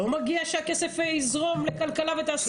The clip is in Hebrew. לא מגיע שהכסף יזרום לכלכלה ותעשייה?